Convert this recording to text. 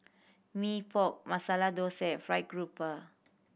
Mee Pok Masala Thosai fried grouper